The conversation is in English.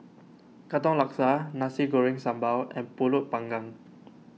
Katong Laksa Nasi Goreng Sambal and Pulut Panggang